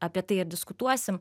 apie tai ir diskutuosim